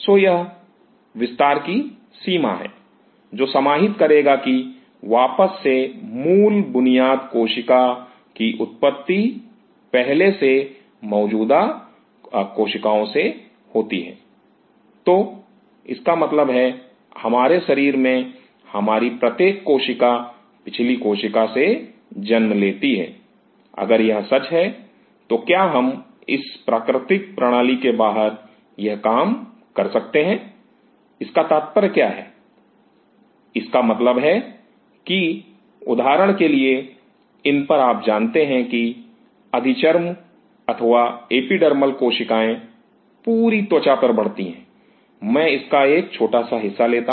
यह विस्तार की सीमा है जो समाहित करेगा कि वापस से मूल बुनियाद कोशिका की उत्पत्ति पहले से मौजूद कोशिकाओं से होती है तो इसका मतलब है हमारे शरीर में हमारी प्रत्येक कोशिका पिछली कोशिका से जन्म लेती है अगर यह सच है तो क्या हम इस प्राकृतिक प्रणाली के बाहर यह काम कर सकते हैं इसका क्या तात्पर्य है इसका मतलब है कि उदाहरण के लिए इन पर आप जानते हैं कि अधिचर्म अथवा एपिडर्मल कोशिकाएं पूरे त्वचा पर बढ़ती हैं मैं इसका एक छोटा सा हिस्सा लेता हूं